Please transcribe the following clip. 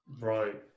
Right